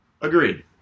agreed